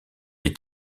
est